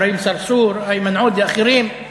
אברהים צרצור ואחרים,